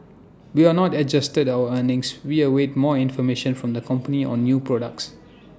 we are not adjusted our earnings we await more information from the company on new products